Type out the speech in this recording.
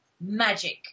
magic